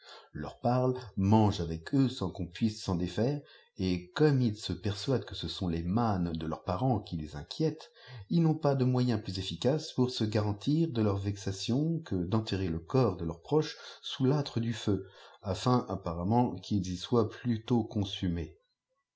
leur parient mangent avec eux sans qu'on puisse s'en défaire et comme ils se persuadent que ce sont les nânes de leurs parents qui les inquiètent ils n'ont pas de moyens plus efficaces pour se garantir de leurs vexations que d enterrer le corps de leurs proches sous l'fttre du feu afin apparemment qu'ils y soient plutôt consumés